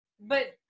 But-